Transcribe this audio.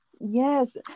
Yes